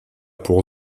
pour